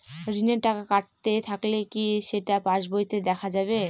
ঋণের টাকা কাটতে থাকলে কি সেটা পাসবইতে দেখা যাবে?